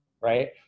right